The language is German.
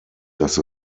dass